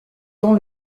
dans